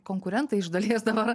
konkurentai iš dalies dabar